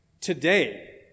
today